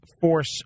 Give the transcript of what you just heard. force